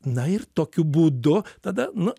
na ir tokiu būdu tada nu